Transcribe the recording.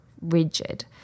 rigid